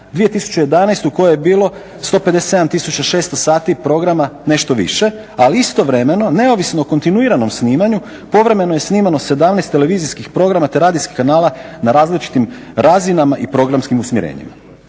2011.koja je bilo 157 600 sati programa nešto više a istovremeno neovisno o kontinuiranom snimanju povremeno je snimano 17 televizijskih programa te radijskih kanala na različitim razinama i programskim usmjerenjima.